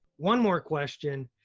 one more question.